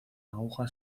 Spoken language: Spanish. aguja